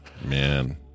Man